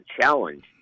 challenge